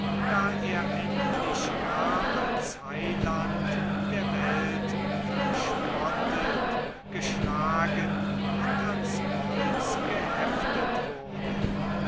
da er endlich gar als heiland der welt verspottet geschlagen und ans kreuz geheftet wurde